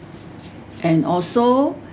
and also